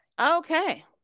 Okay